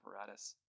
apparatus